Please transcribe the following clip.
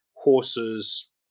horses